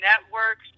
networks